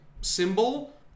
symbol